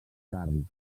carn